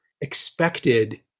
expected